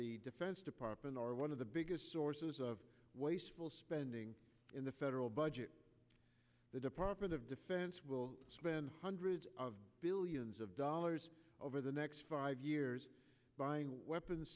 the defense department are one of the biggest sources of wasteful spending in the federal budget the department of defense will spend hundreds of billions of dollars over the next five years buying weapons